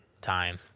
time